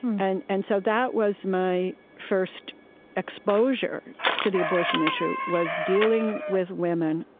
and and so that was my first exposure to the abortion issue was dealing with women